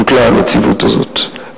בוטלה הנציבות הזאת.